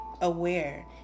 aware